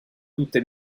tutte